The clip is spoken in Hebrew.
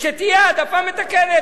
שתהיה העדפה מתקנת.